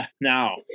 Now